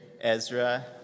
Ezra